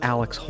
Alex